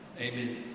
Amen